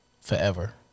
forever